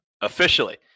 Officially